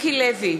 מיקי לוי,